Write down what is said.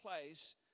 place